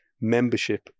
membership